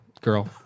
Girl